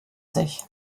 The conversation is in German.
sich